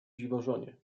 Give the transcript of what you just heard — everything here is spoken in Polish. dziwożonie